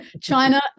China